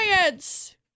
science